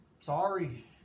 sorry